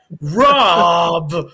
Rob